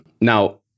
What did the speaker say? now